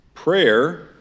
Prayer